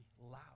loud